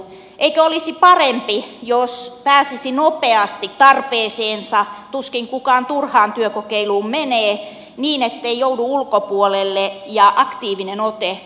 eikö olisi parempi jos pääsisi nopeasti tulisi tarpeeseen tuskin kukaan turhaan työkokeiluun menee niin ettei joudu ulkopuolelle ja että aktiivinen ote säilyisi